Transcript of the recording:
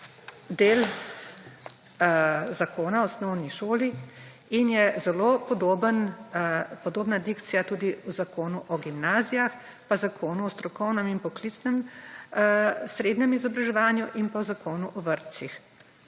del Zakona o osnovni šoli in je zelo podobna dikcija tudi v Zakonu o gimnazijah, pa Zakonu o strokovnem in poklicnem srednjem izobraževanju in pa o Zakonu o vrtcih.